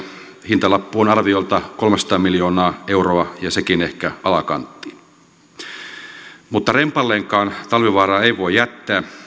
hintalappu on arviolta kolmesataa miljoonaa euroa ja sekin ehkä alakanttiin mutta rempalleenkaan talvivaaraa ei voi jättää